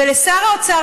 ולשר האוצר,